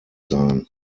sein